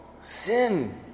sin